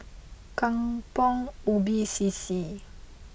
Kampong Ubi C C